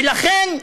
ולכן,